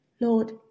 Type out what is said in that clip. Lord